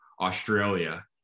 Australia